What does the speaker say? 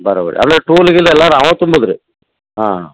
ಬರಾಬರಿ ಅಲ್ಲ ಟೂಲ್ ಗೀಲ್ ಎಲ್ಲಾರ ಅವಾ ತುಂಬುದ್ರಿ ಹಾಂ